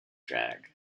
drag